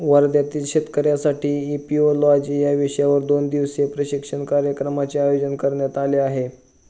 वर्ध्यातील शेतकऱ्यांसाठी इपिओलॉजी या विषयावर दोन दिवसीय प्रशिक्षण कार्यक्रमाचे आयोजन करण्यात आले आहे